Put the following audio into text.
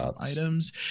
items